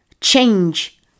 change